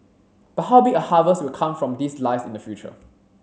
but how big a harvest will come from this lies in the future